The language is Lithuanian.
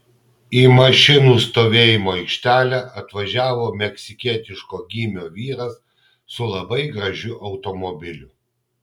į mašinų stovėjimo aikštelę atvažiavo meksikietiško gymio vyras su labai gražiu automobiliu